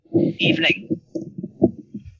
Evening